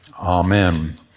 Amen